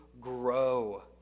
grow